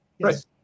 Right